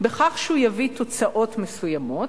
בכך שהוא יביא תוצאות מסוימות,